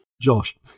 Josh